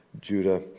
Judah